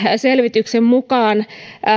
selvityksen mukaan